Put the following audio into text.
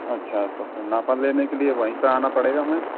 अच्छा तो फिर नाप लेने के लिए वहीं पे आना पड़ेगा हमें